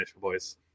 boys